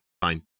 fine